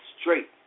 straight